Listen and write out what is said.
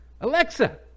Alexa